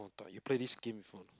you play this game before or not